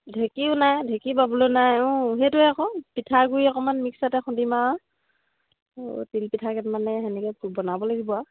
ঢেঁকীও নাই ঢেঁকী পাবলৈ নাই অঁ সেইটোৱে আকৌ পিঠা গুড়ি অকমান মিক্স এটা খুন্দিম আৰু অঁ তিলপিঠা কেইটা মানে সেনেকে বনাব লাগিব আৰু